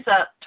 up